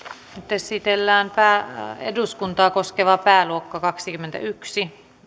esitellään eduskuntaa koskeva pääluokka kaksikymmentäyksi